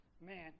Man